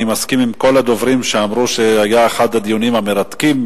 אני מסכים עם כל הדוברים שאמרו שזה היה אחד הדיונים המרתקים,